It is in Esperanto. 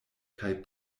kaj